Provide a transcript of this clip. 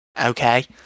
Okay